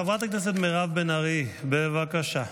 חברת הכנסת מירב בן ארי, בבקשה.